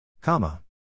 comma